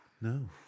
No